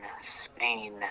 spain